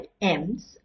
M's